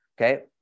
okay